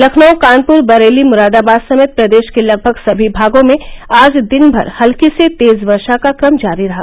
लखनऊ कानपुर बरेली मुरादाबाद समेत प्रदेश के लगभग सभी भागों में आज दिन भर हल्की से तेज वर्षा का कम जारी रहा